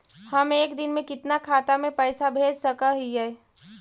हम एक दिन में कितना खाता में पैसा भेज सक हिय?